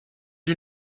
you